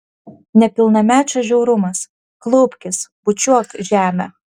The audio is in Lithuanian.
nepilnamečio žiaurumas klaupkis bučiuok žemę